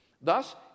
Thus